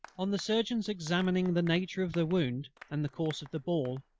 on the surgeon's examining the nature of the wound, and the course of the ball,